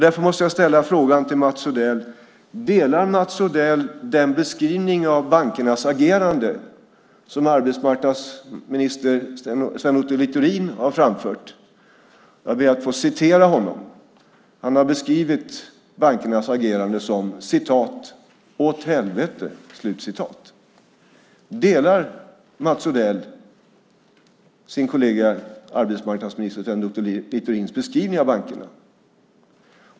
Därför måste jag ställa frågan till Mats Odell: Delar Mats Odell den beskrivning av bankernas agerande som arbetsmarknadsminister Sven Otto Littorin har framfört? Jag ber att få citera honom. Han har beskrivit bankernas agerande som "åt helvete". Delar Mats Odell sin kollega arbetsmarknadsminister Sven Otto Littorins beskrivning av bankerna?